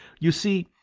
you see,